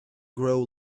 grow